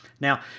Now